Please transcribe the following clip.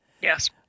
Yes